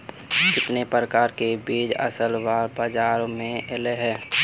कितने प्रकार के बीज असल बार बाजार में ऐले है?